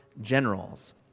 generals